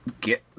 get